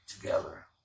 together